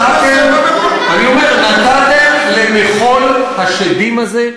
נתתם למחול השדים הזה,